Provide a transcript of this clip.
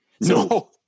No